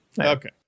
Okay